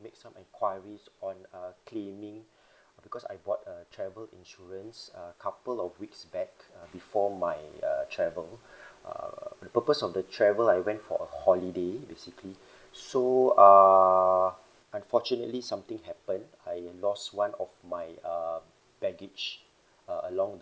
make some enquiries on uh claiming because I bought a travel insurance a couple of weeks back uh before my uh travel err the purpose of the travel I went for a holiday basically so err unfortunately something happened I lost one of my uh baggage uh along